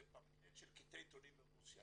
זה פמפלט של קטעי עיתונים מרוסיה.